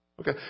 Okay